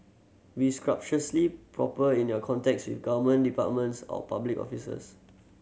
be proper in your contacts with government departments or public officers